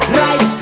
right